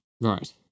Right